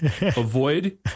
Avoid